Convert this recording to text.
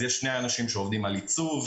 יש שני אנשים שעוברים על עיצוב,